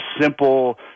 simple